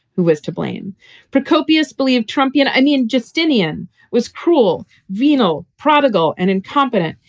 who is to blame for copious believe trumpian anyon. justinian was cruel, venal, prodigal and incompetent.